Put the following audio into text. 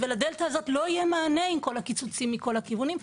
ולדלתא הזאת לא יהיה מענה עם כל הקיצוצים מכל הכיוונים,